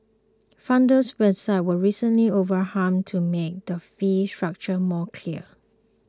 frontier's website was recently overhauled to make the fee structure more clear